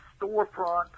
storefront